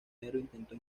intentó